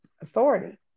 authority